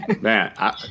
Man